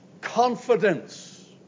confidence